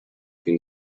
been